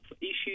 issues